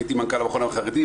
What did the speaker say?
הייתי מנכ"ל המכון החרדי,